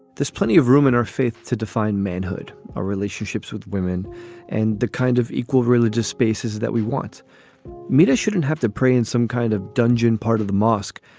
there's plenty of room in our faith to define manhood or relationships with women and the kind of equal religious spaces that we want me to shouldn't have to pray in some kind of dungeon part of the mosque.